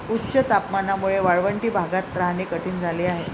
उच्च तापमानामुळे वाळवंटी भागात राहणे कठीण झाले आहे